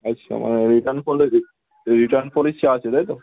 আচ্ছা মানে return policy return policy আছে তাই তো